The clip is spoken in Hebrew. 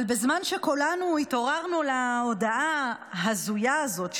אבל בזמן שכולנו התעוררנו להודעה ההזויה הזאת,